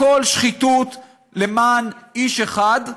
הכול שחיתות למען איש אחד,